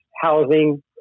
housing